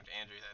Andrew